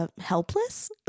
Helpless